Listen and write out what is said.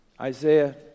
Isaiah